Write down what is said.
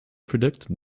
predicted